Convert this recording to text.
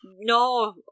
no